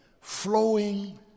flowing